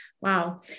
Wow